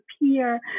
appear